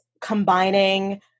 combining